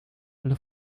alle